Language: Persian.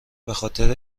بخاطر